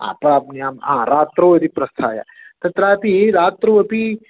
हा प्राप्नुयां रात्रौ यदि प्रस्थाय तत्रापि रात्रौ अपि